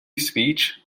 speech